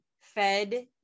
fed